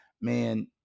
man